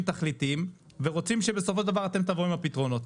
תכליתיים ורוצים שבסופו של דבר אתם תבואו עם הפתרונות.